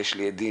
ויש לי עדים,